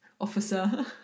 officer